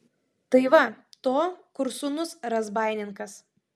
tai va to kur sūnus razbaininkas